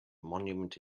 monument